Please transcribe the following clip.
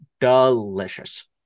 delicious